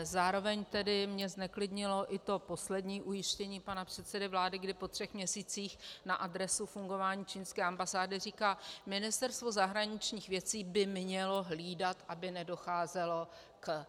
Zároveň tedy mě zneklidnilo i to poslední ujištění pana předsedy vlády, kdy po třech měsících na adresu fungování čínské ambasády říká: Ministerstvo zahraničních věcí by mělo hlídat, aby nedocházelo k...